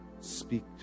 Speak